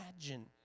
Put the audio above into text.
imagine